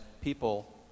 people